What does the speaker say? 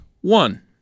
One